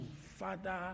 father